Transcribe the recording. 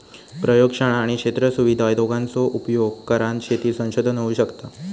प्रयोगशाळा आणि क्षेत्र सुविधा दोघांचो उपयोग करान शेती संशोधन होऊ शकता